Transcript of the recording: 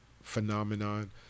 phenomenon